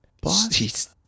boss